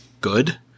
good